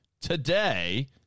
today